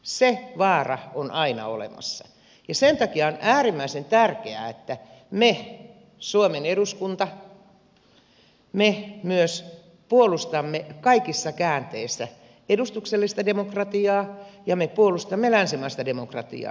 se vaara on aina olemassa ja sen takia on äärimmäisen tärkeää että me suomen eduskunta myös puolustamme kaikissa käänteissä edustuksellista demokratiaa ja länsimaista demokratiaa